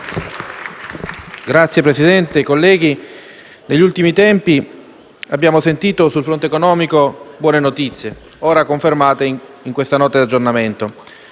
Signor Presidente, colleghi, negli ultimi tempi abbiamo ascoltato, sul fronte economico, buone notizie, ora confermate da questa Nota di aggiornamento: